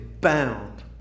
bound